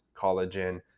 collagen